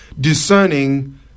discerning